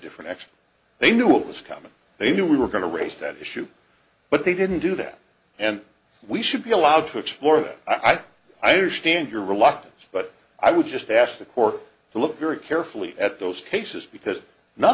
different action they knew it was coming they knew we were going to raise that issue but they didn't do that and we should be allowed to explore that i think i understand your reluctance but i would just ask the court to look very carefully at those cases because none